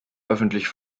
öffentlich